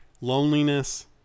loneliness